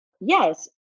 yes